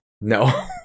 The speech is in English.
No